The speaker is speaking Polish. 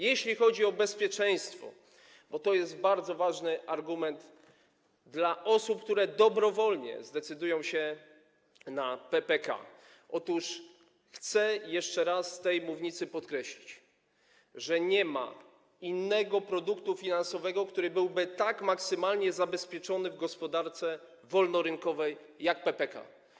Jeśli chodzi o bezpieczeństwo, bo to jest bardzo ważny argument dla osób, które dobrowolnie zdecydują się na PPK, otóż chcę jeszcze raz z tej mównicy podkreślić, że nie ma innego produktu finansowego, który byłby tak maksymalnie zabezpieczony w gospodarce wolnorynkowej jak PPK.